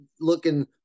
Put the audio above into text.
looking